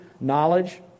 knowledge